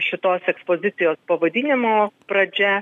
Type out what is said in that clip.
šitos ekspozicijos pavadinimo pradžia